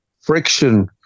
friction